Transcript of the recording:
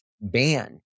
ban